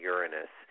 Uranus